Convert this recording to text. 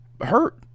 hurt